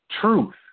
truth